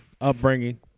upbringing